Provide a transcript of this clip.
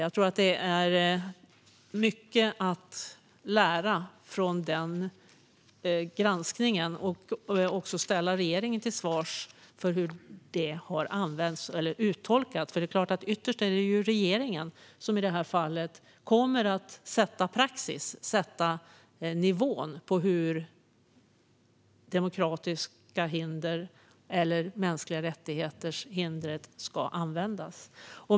Jag tror att det finns mycket att lära av den granskningen, och regeringen bör också ställas till svars för hur den har uttolkats. Det är klart att det ytterst är regeringen som i detta fall kommer att sätta praxis och nivån för hur demokratiska hinder eller hindret avseende mänskliga rättigheter ska användas.